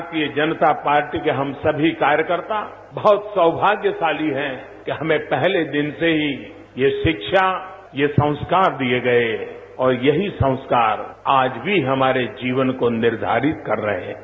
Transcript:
भारतीय जनता पार्टी के हम सभी कार्यकर्ता बहुत सौभाग्यशाली हैं कि हमें पहले दिन से ही ये शिक्षा ये संस्कार दिए गए और यही संस्कार आज भी हमारे जीवन को निर्धारित कर रहे हैं